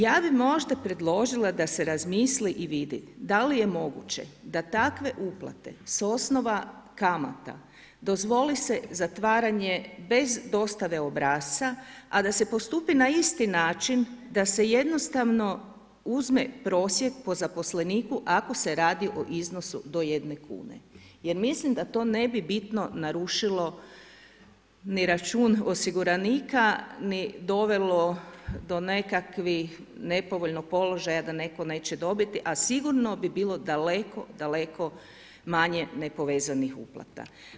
Ja bih možda predložila da se razmisli i vidi da li je moguće da takve uplate s osnova kamata dozvoli se zatvaranje bez dostave obrasca, a da se postupi na isti način da se jednostavno uzme prosjek po zaposleniku ako se radi o iznosu do jedne kune jer mislim da to ne bi bitno narušilo ni račun osiguranika ni dovelo do nekog nepovoljnog položaja da neko neće dobiti, a sigurno bi bilo daleko, daleko manje nepovezanih uplata.